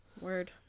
Word